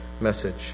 message